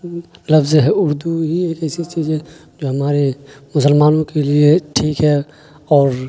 لفظ ہے اردو ہی ایک ایسی چیز ہے جو ہمارے مسلمانوں کے لیے ٹھیک ہے اور